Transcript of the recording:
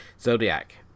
Zodiac